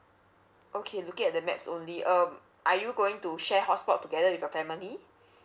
okay look at the maps only um are you going to share hotspot together with your family